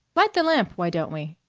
light the lamp, why don't we?